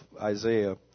Isaiah